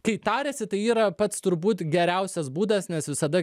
kai tariasi tai yra pats turbūt geriausias būdas nes visada